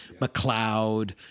mcleod